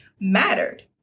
mattered